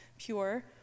pure